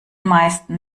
meisten